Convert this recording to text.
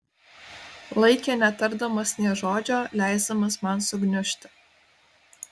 laikė netardamas nė žodžio leisdamas man sugniužti